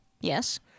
Yes